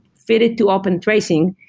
fit it to open tracing.